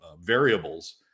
variables